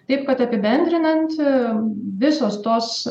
taip kad apibendrinanti visos tos